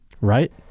right